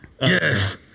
Yes